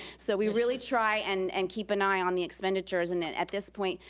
so we really try and and keep an eye on the expenditures. and and at this point,